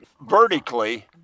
vertically